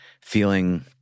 feeling